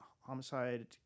homicide